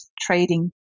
trading